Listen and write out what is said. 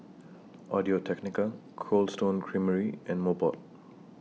Audio Technica Cold Stone Creamery and Mobot